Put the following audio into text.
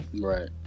Right